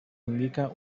indican